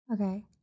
Okay